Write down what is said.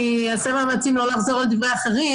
אני אעשה מאמצים לא לחזור על דברי אחרים.